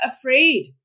afraid